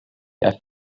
i’ve